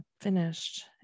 finished